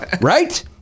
right